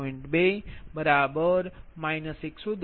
2 110